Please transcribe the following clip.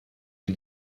die